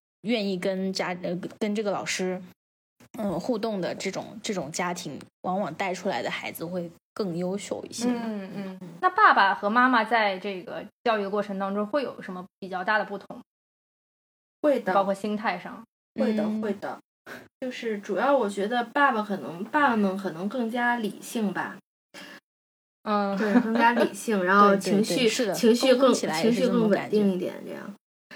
愿意跟家- 呃，跟- 跟这个老师，嗯，互动的这种- 这种家庭，往往带出来的孩子会更优秀一些嗯，吧。嗯。那爸爸和妈妈在这个教育过程当中会有什么比较大的不同？会的。包括心态上。会的，嗯。会的。就是主要我觉得爸爸可能- 爸爸们可能更加理性吧。嗯。 对，更加理性， 然后情绪-对，对，对，是的，情绪更-沟通起来也是情绪更这种感觉。稳定一点，这样。